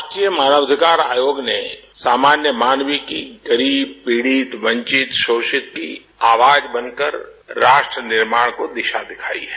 राष्ट्रीय मानव अधिकार आयोग ने सामान्य गरीब पीड़ित वंचित शोषित की आवाज बनकर राष्ट्र निर्माण को दिशा दिखायी है